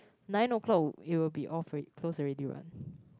nine o'clock would it will be off alre~ close already what